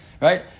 right